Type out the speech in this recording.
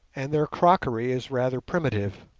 and their crockery is rather primitive.